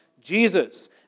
Jesus